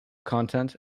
content